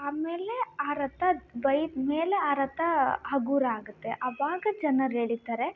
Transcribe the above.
ಆಮೇಲೆ ಆ ರಥ ಬೈದಮೇಲೆ ಆ ರಥ ಹಗುರ ಆಗುತ್ತೆ ಅವಾಗ ಜನರು ಎಳಿತಾರೆ